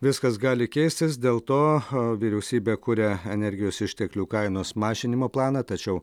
viskas gali keistis dėl to vyriausybė kuria energijos išteklių kainos mažinimo planą tačiau